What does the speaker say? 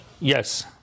Yes